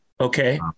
Okay